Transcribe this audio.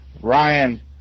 Ryan